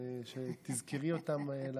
שתזכרי אותן?